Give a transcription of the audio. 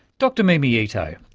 dr mimi ito.